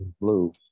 blue